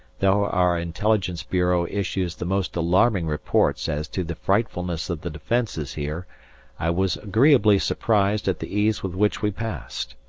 though our intelligence bureau issues the most alarming reports as to the frightfulness of the defences here i was agreeably surprised at the ease with which we passed.